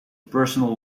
personal